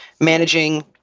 managing